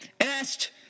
asked